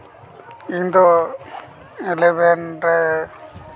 ᱤᱧ ᱫᱚ ᱤᱞᱤᱵᱷᱮᱱ ᱨᱮ